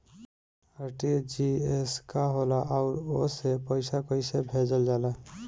RTGS का होला आउरओ से पईसा कइसे भेजल जला?